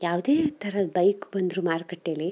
ಯಾವುದೇ ಥರದ್ ಬೈಕ್ ಬಂದರೂ ಮಾರುಕಟ್ಟೇಲಿ